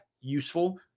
useful